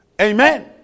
Amen